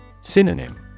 Synonym